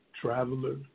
traveler